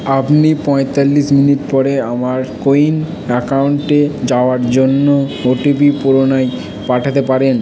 আপনি পঁয়তাল্লিশ মিনিট পরে আমার কোউইন অ্যাকাউন্টে যাওয়ার জন্য ওটিপি পুনরায় পাঠাতে পারেন